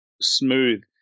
smooth